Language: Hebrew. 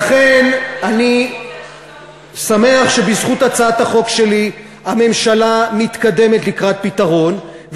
ולכן אני שמח שבזכות הצעת החוק שלי הממשלה מתקדמת לקראת פתרון.